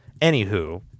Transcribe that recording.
Anywho